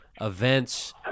events